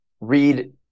read